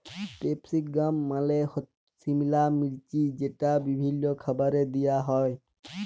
capsicum মালে সিমলা মির্চ যেট বিভিল্ল্য খাবারে দিঁয়া হ্যয়